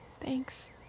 Thanks